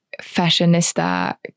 fashionista